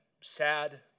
sad